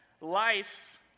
life